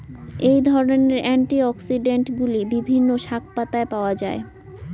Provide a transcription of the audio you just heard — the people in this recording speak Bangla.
এই ধরনের অ্যান্টিঅক্সিড্যান্টগুলি বিভিন্ন শাকপাতায় পাওয়া য়ায়